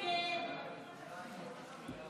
הסתייגות 6 לא נתקבלה.